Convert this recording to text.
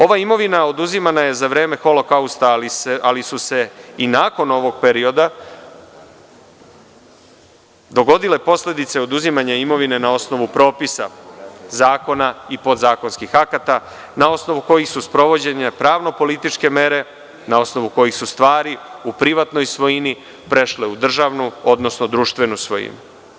Ova imovina oduzimana je za vreme Holokausta, ali su se i nakon ovog perioda dogodile posledice oduzimanja imovine na osnovu propisa, zakona i podzakonskih akata, na osnovu kojih su sprovođene pravno-političke mere, na osnovu kojih su stvari u privatnoj svojini prešle u državnu, odnosno društvenu svojinu.